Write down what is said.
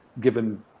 given